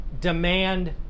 Demand